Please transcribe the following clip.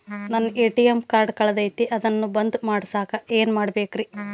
ನನ್ನ ATM card ಕಳದೈತ್ರಿ ಅದನ್ನ ಬಂದ್ ಮಾಡಸಾಕ್ ಏನ್ ಮಾಡ್ಬೇಕ್ರಿ?